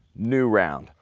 new round,